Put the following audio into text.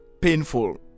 painful